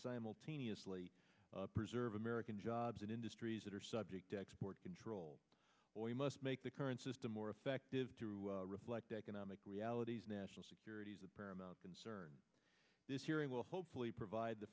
simultaneously preserve american jobs and industries that are subject to export control or you must make the current system more effective to reflect economic realities national security is the paramount concern this hearing will hopefully provide the